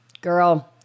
Girl